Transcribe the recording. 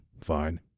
fine